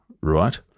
right